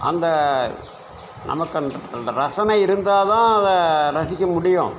அந்த நமக்கு அந்த அந்த ரசனை இருந்தால்தான் அதை ரசிக்க முடியும்